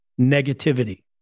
negativity